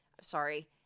Sorry